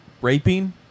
Raping